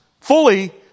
fully